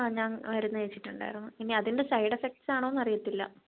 ആ ഞാൻ മരുന്ന് കഴിച്ചിട്ടുണ്ടായിരുന്നു ഇനി അതിൻ്റെ സൈടെഫെക്സാണോന്നറിയത്തില്ല